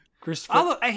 Christopher